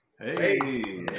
Hey